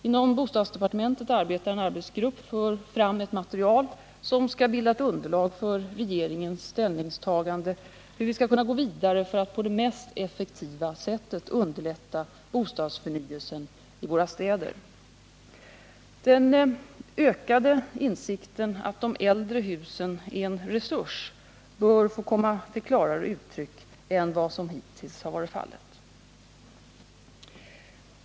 Inom bostadsdepartementet arbetar en arbetsgrupp fram ett material som skall bilda underlag för regeringens ställningstagande till hur vi skall kunna gå vidare för att på det mest effektiva sättet underlätta bostadsförnyelsen i våra städer. Den ökade insikten att de äldre husen är en resurs bör få komma till klarare uttryck än vad som hittills har varit fallet.